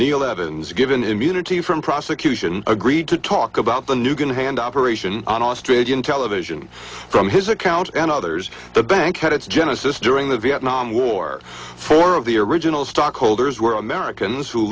neil evans given immunity from prosecution agreed to talk about the new going to hand operation on australian television from his account and others the bank had its genesis during the vietnam war four of the original stock holders were americans who